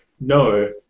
no